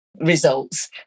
results